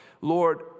Lord